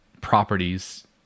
properties